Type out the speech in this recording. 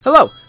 Hello